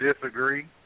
disagree